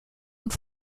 und